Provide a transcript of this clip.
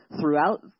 throughout